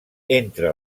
entre